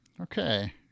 Okay